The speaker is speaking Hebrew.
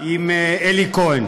עם אלי כהן.